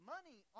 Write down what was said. Money